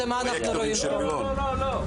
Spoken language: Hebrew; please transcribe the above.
השומרים של מירון.